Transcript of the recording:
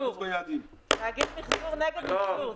--- תאגיד מיחזור נגד מיחזור.